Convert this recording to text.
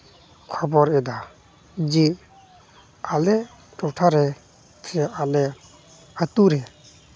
ᱠᱷᱚᱵᱚᱨ ᱮᱫᱟ ᱡᱮ ᱟᱞᱮ ᱴᱚᱴᱷᱟᱨᱮ ᱥᱮ ᱟᱞᱮ ᱟᱹᱛᱩ ᱨᱮ